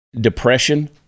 depression